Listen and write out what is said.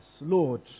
Lord